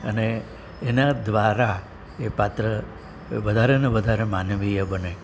અને એના દ્વારા એ પાત્ર વધારે ને વધારે માનવીય બને